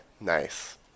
nice